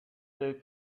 they